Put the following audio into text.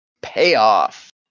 payoff